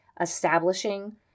establishing